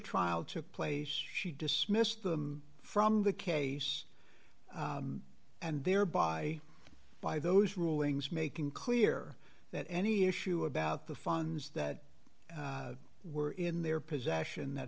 trial took place she dismissed them from the case and thereby by those rulings making clear that any issue about the funds that were in their possession that